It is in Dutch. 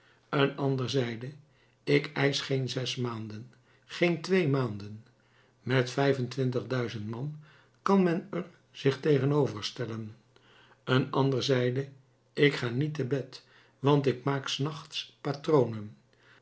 een ander zeide ik eisch geen zes maanden geen twee maanden met vijf en twintig duizend man kan men er zich tegenover stellen een ander zeide ik ga niet te bed want ik maak s nachts patronen